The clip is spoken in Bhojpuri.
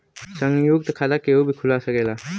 संयुक्त खाता केहू भी खुलवा सकेला